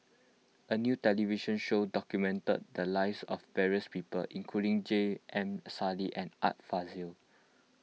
a new television show documented the lives of various people including J M Sali and Art Fazil